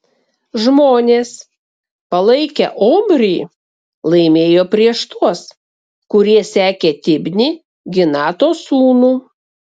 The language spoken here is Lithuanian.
žmonės palaikę omrį laimėjo prieš tuos kurie sekė tibnį ginato sūnų